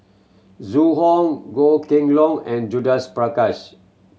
Zhu Hong Goh Kheng Long and Judith Prakash